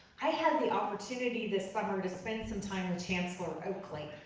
i had the opportunity this summer to spend some time with chancellor oakley.